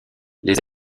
les